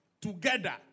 together